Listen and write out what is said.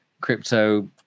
crypto